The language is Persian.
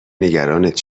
نگرانت